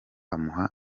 amuha